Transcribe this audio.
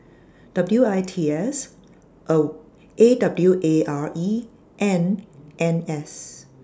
W I T S A W A R E and N S